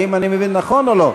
האם אני מבין נכון או לא?